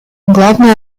главную